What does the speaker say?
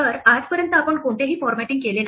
तर आजपर्यंत आपण कोणतेही फॉरमॅटींग केले नाही